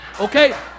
okay